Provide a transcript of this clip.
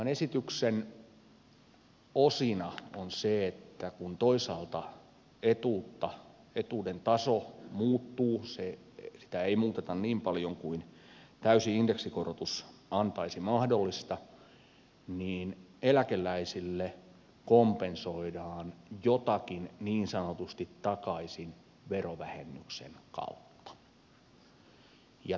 tämän esityksen osana on se että kun toisaalta etuuden taso muuttuu sitä ei muuteta niin paljon kuin mihin täysi indeksikorotus antaisi mahdollisuuden niin eläkeläisille kompensoidaan jotakin niin sanotusti takaisin verovähennyksen kautta